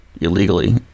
illegally